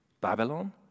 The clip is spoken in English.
Babylon